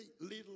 little